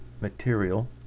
material